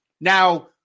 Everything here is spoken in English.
Now